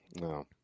No